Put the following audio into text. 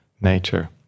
nature